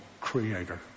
creator